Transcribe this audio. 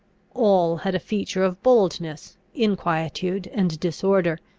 all had a feature of boldness, inquietude, and disorder,